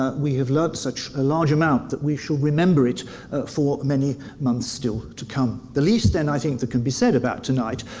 ah we have learnt such a large amount, that we should remember it for many months still to come. the least, then, i think that can be said about tonight,